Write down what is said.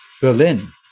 Berlin